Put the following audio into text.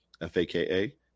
f-a-k-a